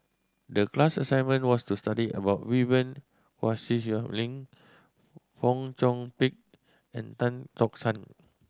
the class assignment was to study about Vivien Quahe Seah Lin Fong Chong Pik and Tan Tock San